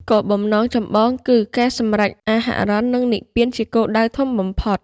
គោលបំណងចម្បងគឺការសម្រេច អរហន្ត និង និព្វាន ជាគោលដៅធំបំផុត។